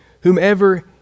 whomever